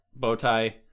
Bowtie